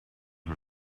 her